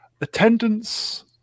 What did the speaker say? attendance